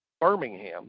Birmingham